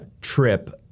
trip